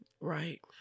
Right